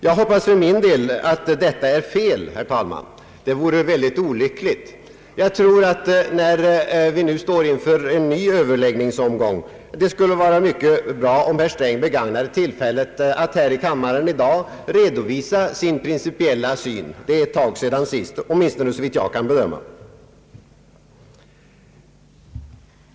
Jag hoppas för min del att detta är fel, herr talman. Det vore mycket olyckligt om så vore fallet. Jag tror att det, när vi nu står inför en ny Ööverläggningsomgång, skulle vara mycket bra om herr Sträng begagnade tillfället att här i kammaren i dag redovisa sin principiella syn. Det är ett tag sedan sist, åtminstone såvitt jag kan bedöma.